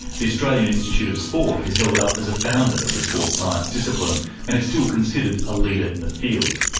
the australian institute of sport is held up as a founder of the sports science discipline and is still considered a leader in the field.